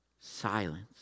Silence